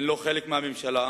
הן לא חלק מהממשלה,